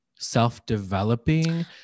self-developing